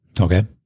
Okay